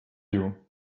you